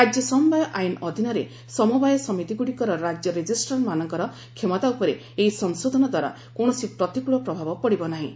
ରାଜ୍ୟ ସମବାୟ ଆଇନ ଅଧୀନରେ ସମବାୟ ସମିତିଗୁଡ଼ିକର ରାଜ୍ୟ ରେଜିଷ୍ଟ୍ରାର୍ମାନଙ୍କର କ୍ଷମତା ଉପରେ ଏହି ସଂଶୋଧନଦ୍ୱାରା କୌଣସି ପ୍ରତିକୂଳ ପ୍ରଭାବ ପଡ଼ିବ ନାହିଁ